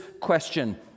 question